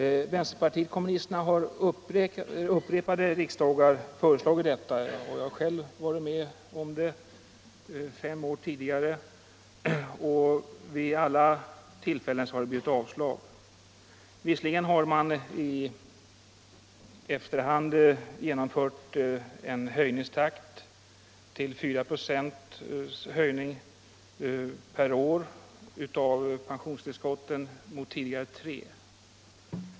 Vänsterpartiet kommunisterna har under flera riksdagar föreslagit detta — jag var själv med om att göra det för fem år sedan - men vid alla tillfällen har det blivit avslag. Man har i efterhand höjt ökningstakten för pensionstillskotten från 3 26 per år till 4 26.